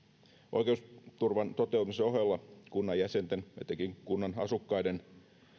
oikeusturvan toteutumisen ohella kunnan jäsenten etenkin kunnan asukkaiden